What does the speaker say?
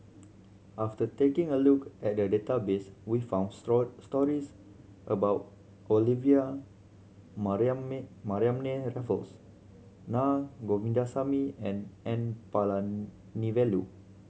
after taking a look at the database we found stories about Olivia Mariamne Raffles Naa Govindasamy and N Palanivelu